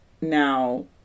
now